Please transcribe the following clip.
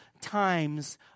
times